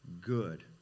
good